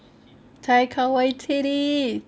taika waititi